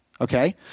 Okay